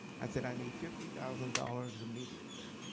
i said, i need fifty thousand dollars immediately.